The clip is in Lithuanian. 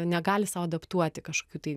negali sau adaptuoti kažkokių tai